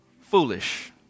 foolish